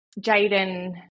Jaden